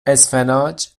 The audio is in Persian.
اسفناج